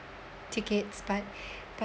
tickets but